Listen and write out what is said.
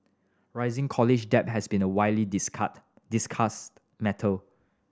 rising college debt has been a widely discussed matter